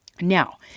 Now